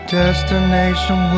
destination